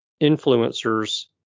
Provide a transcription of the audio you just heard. influencers